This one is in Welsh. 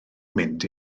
mynd